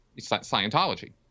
Scientology